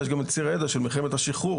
יש גם צירי ידע של מלחמת השחרור,